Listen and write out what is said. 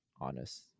honest